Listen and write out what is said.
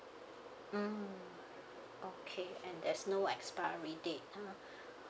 mm okay and there's no expiry date mm